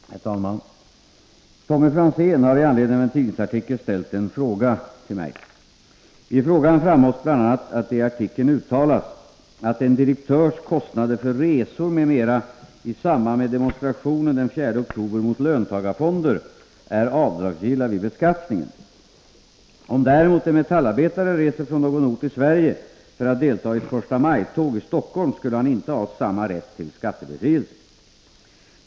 Herr talman! Tommy Franzén har i anledning av en tidningsartikel ställt en fråga till mig. I frågan framhålls bl.a. att det i artikeln uttalas att en direktörs kostnader för resor m.m. i samband med demonstrationen den 4 oktober mot löntagarfonder är avdragsgilla vid beskattningen. Om däremot en metallarbetare reser från någon ort i Sverige för att deltaga i ett första maj-tåg i Stockholm skulle han inte ha samma rätt till skattebefrielse.